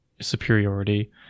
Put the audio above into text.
superiority